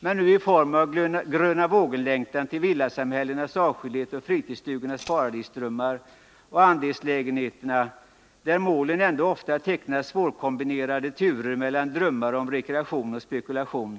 men nu i form av grönavågen-längtan till villasamhällenas avskildhet och fritidsstugornas paradisdrömmar och andelslägenheter. Ofta förekommer där svårkombinerade turer mellan drömmar om rekreation och spekulation.